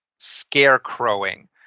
Scarecrowing